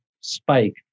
spike